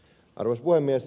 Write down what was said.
arvoisa puhemies